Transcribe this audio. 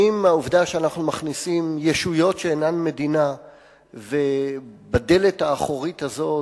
האם העובדה שאנחנו מכניסים ישויות שאינן מדינה בדלת האחורית הזאת,